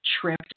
tripped